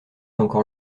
encore